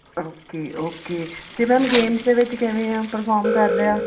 okay okay ਅਤੇ ma'am games ਦੇ ਵਿੱਚ ਕਿਵੇਂ ਆ ਪਰਫੋਰਮ ਕਰ ਰਿਹਾ